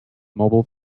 mobile